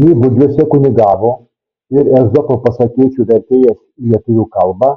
nybudžiuose kunigavo ir ezopo pasakėčių vertėjas į lietuvių kalbą